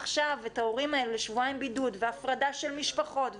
ההורים האלה עכשיו לשבועיים בידוד והפרדה של משפחות,